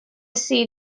see